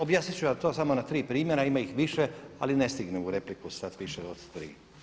Objasnit ću vam to samo na tri primjera, a ima ih više ali ne stigne u repliku stat više od tri.